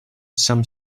some